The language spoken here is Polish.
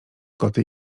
koty